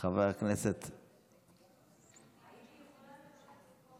הייתי יכולה לדבר במקום איימן עודה.